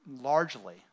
largely